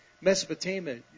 Mesopotamia